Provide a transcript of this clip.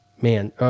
man